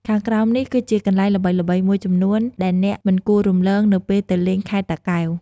ខាងក្រោមនេះគឺជាកន្លែងល្បីៗមួយចំនួនដែលអ្នកមិនគួររំលងនៅពេលទៅលេងខេត្តតាកែវ៖